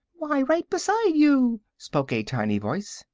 why, right beside you, spoke a tiny voice.